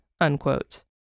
unquote